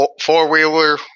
four-wheeler